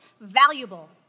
valuable